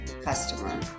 customer